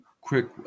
quick